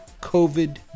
COVID